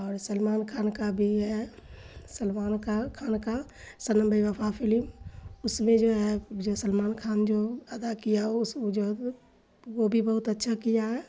اور سلمان خان کا بھی ہے سلمان کا خان کا صنم بے وفا فلم اس میں جو ہے جو سلمان خان جو ادا کیا اس جو ہے وہ بھی بہت اچھا کیا ہے